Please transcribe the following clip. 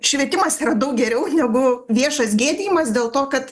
švietimas yra daug geriau negu viešas gėdijimas dėl to kad